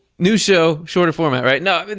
new show, shorter format, right? no, i mean